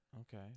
Okay